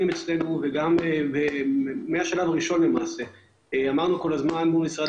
למעשה כבר מהשלב הראשון אמרנו כל הזמן למשרד